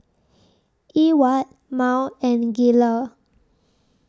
Ewart Mal and Gayle